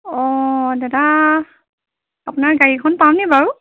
অঁ দাদা আপোনাৰ গাড়ীখন পামনি বাৰু